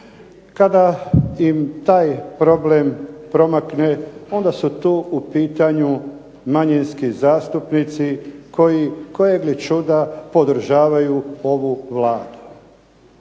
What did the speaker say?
Kada im taj problem promakne, onda su tu u pitanju manjinski zastupnici koji kojeg li čuda podržavaju ovu Vladu.